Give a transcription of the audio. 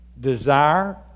desire